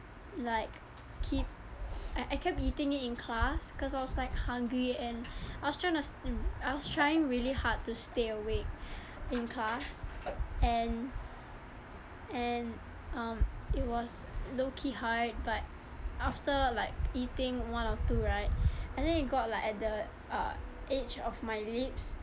like keep I kept eating it in class cause I was like hungry and I was trying to I was trying really hard to stay awake in class and and um it was low-key hard but after like eating one or two right I think it got like at the uh edge of my lips